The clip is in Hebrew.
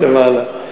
למעלה.